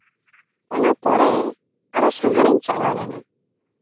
ᱚᱱᱟ ᱯᱚᱨᱮ ᱟᱨᱚ ᱥᱟᱸᱜᱷᱟᱨ ᱤᱧ ᱪᱟᱞᱟᱣ ᱞᱮᱱᱟ